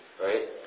right